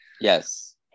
Yes